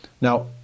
Now